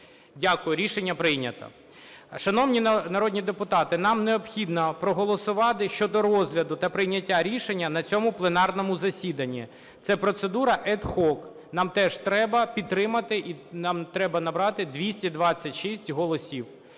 Дякую. Рішення прийнято. Шановні народні депутати, нам необхідно проголосувати щодо розгляду та прийняття рішення на цьому пленарному засіданні. Це процедура ad hoc. Нам теж треба підтримати, нам треба набрати 226 голосів.